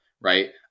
right